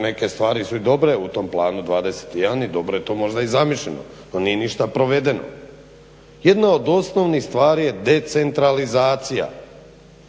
neke stvari su i dobre u tom Planu 21 i dobro je to možda i zamišljeno, ali nije ništa provedeno. Jedna od osnovnih stvari je decentralizacija,